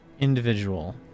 individual